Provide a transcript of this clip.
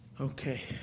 Okay